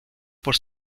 por